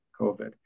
COVID